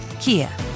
Kia